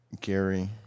Gary